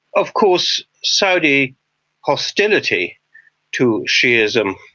of course saudi hostility to shiasm,